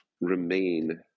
remain